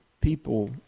people